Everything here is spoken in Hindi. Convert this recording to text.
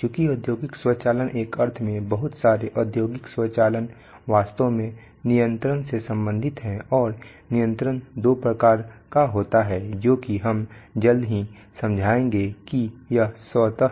चूंकि औद्योगिक स्वचालन एक अर्थ में बहुत सारे औद्योगिक स्वचालन वास्तव में नियंत्रण से संबंधित है और नियंत्रण दो प्रकार का होता है जो कि हम जल्द ही समझाएंगे कि यह स्वत